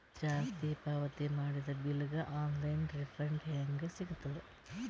ಜಾಸ್ತಿ ಪಾವತಿ ಮಾಡಿದ ಬಿಲ್ ಗ ಆನ್ ಲೈನ್ ರಿಫಂಡ ಹೇಂಗ ಸಿಗತದ?